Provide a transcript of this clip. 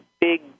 big